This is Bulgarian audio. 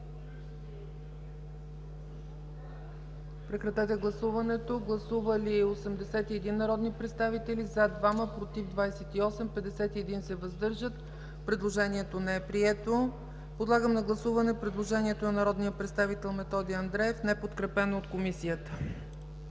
подкрепя. Гласуваме, колеги. Гласували 81 народни представители: за 2, против 28, въздържали се 51. Предложението не е прието. Подлагам на гласуване предложението на народния представител Методи Андреев, неподкрепено от Комисията.